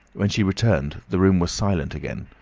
when she returned the room was silent again,